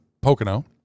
Pocono